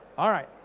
alright